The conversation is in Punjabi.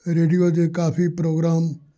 ਰੇਡੀਓ ਦੇ ਕਾਫੀ ਪ੍ਰੋਗਰਾਮ